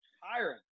Hiring